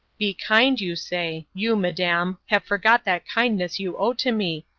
be kind, you say you, madam, have forgot that kindness you owe to me,